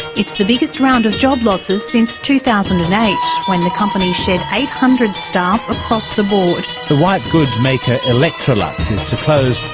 it's the biggest round of job losses since two thousand and eight, when the company shed eight hundred staff across the board. the whitegoods maker electrolux is to close